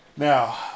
Now